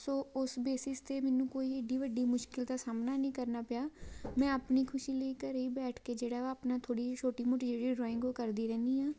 ਸੋ ਉਸ ਬੇਸਿਸ 'ਤੇ ਮੈਨੂੰ ਕੋਈ ਇੱਡੀ ਵੱਡੀ ਮੁਸ਼ਕਿਲ ਦਾ ਸਾਹਮਣਾ ਨਹੀਂ ਕਰਨਾ ਪਿਆ ਮੈਂ ਆਪਣੀ ਖੁਸ਼ੀ ਲਈ ਘਰ ਹੀ ਬੈਠ ਕੇ ਜਿਹੜਾ ਵਾ ਆਪਣਾ ਥੋੜ੍ਹੀ ਛੋਟੀ ਮੋਟੀ ਜਿਹੜੀ ਡਰੋਇੰਗ ਉਹ ਕਰਦੀ ਰਹਿੰਦੀ ਹਾਂ